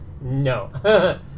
No